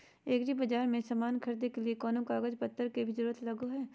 एग्रीबाजार से समान खरीदे के लिए कोनो कागज पतर के भी जरूरत लगो है?